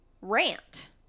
Rant